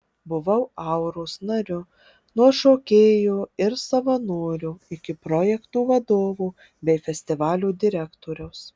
buvau auros nariu nuo šokėjo ir savanorio iki projektų vadovo bei festivalio direktoriaus